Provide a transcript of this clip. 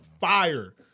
fire